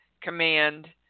command